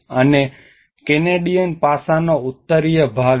અને કેનેડિયન પાસાનો ઉત્તરીય ભાગ